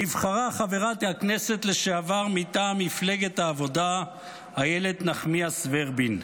נבחרה חברת הכנסת לשעבר מטעם מפלגת העבודה איילת נחמיאס ורבין.